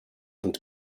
und